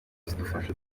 zidufasha